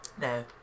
No